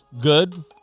good